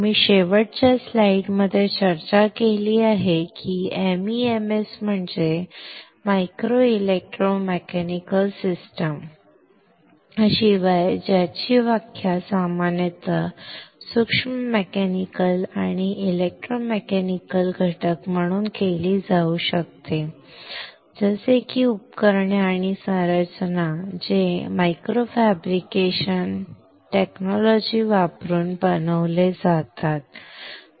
आम्ही शेवटच्या स्लाईडमध्ये चर्चा केली आहे की MEMS म्हणजे मायक्रो इलेक्ट्रो मेकॅनिकल सिस्टीम्स शिवाय ज्याची व्याख्या सामान्यतः सूक्ष्म मेकॅनिकल आणि इलेक्ट्रोमेकॅनिकल घटक म्हणून केली जाऊ शकते जसे की उपकरणे आणि संरचना जे मायक्रो फॅब्रिकेशन तंत्र वापरून बनवले जातात ठीक आहे